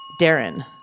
Darren